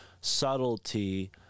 subtlety